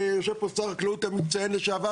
ויושב פה שר החקלאות המצטיין לשעבר,